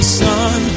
sun